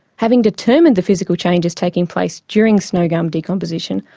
having determined the physical changes taking place during snow gum decomposition,